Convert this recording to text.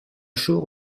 chaux